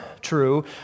true